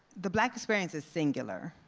the black experience is singular,